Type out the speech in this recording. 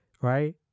Right